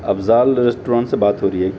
Afzal restaurant سے بات ہو رہی ہے